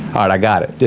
i got it,